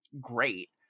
great